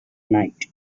night